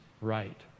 right